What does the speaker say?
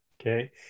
Okay